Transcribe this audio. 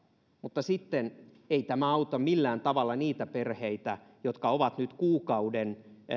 mutta sitten ei tämä auta millään tavalla niitä perheitä jotka ovat nyt kuukauden